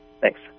Thanks